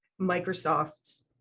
Microsoft